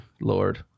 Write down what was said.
Lord